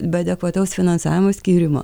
be adekvataus finansavimo skyrimo